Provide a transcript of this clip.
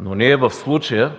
но в случая